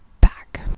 back